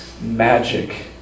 magic